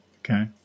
Okay